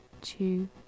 two